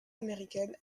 américaine